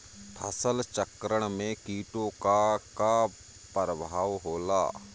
फसल चक्रण में कीटो का का परभाव होला?